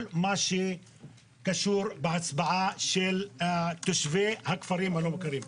מה שקשור בהצבעה של תושבי הכפרים הלא מוכרים.